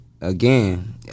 again